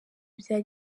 bya